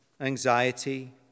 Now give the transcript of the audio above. anxiety